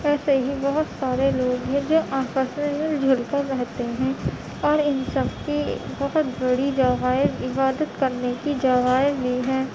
ایسے ہی بہت سارے لوگ ہیں جو آپس میں مل جل کر رہتے ہیں اور ان سب کی بہت بڑی جگہ ہے عبادت کرنے کی جگہیں بھی ہیں